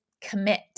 commit